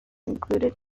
included